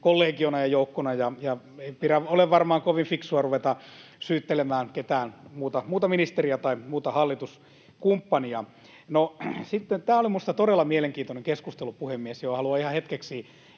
kollegiona ja joukkona, ja ei ole varmaan kovin fiksua ruveta syyttelemään ketään muuta ministeriä tai muuta hallituskumppania. Tämä oli minusta todella mielenkiintoinen keskustelu, puhemies, johon haluan ihan hetkeksi